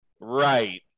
Right